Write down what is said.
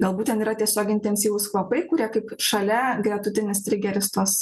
galbūt ten yra tiesiog intensyvūs kvapai kurie kaip šalia gretutinis trigeris tos